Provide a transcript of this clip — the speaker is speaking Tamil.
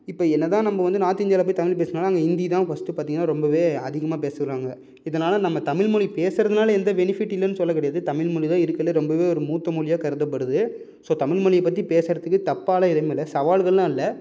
இப்போ என்னதான் நம்ம வந்து நார்த் இந்தியாவில் போய் தமிழ் பேசினாலும் அங்கே ஹிந்திதான் ஃபஸ்ட்டு பார்த்தீங்கன்னா ரொம்பவே அதிகமாக பேசுகிறாங்க இதனால் நம்ம தமிழ்மொழி பேசுகிறதுனால எந்த பெனிஃபிட் இல்லைன்னு சொல்லக் கிடையாது தமிழ்மொழிதான் இருக்குறதுலேயே ரொம்பவே ஒரு மூத்த மொழியாக கருதப்படுது ஸோ தமிழ்மொழியை பற்றி பேசுகிறதுக்கு தப்பாகலாம் எதுவும் இல்லை சவால்கள்லாம் இல்லை